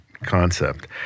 Concept